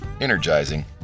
energizing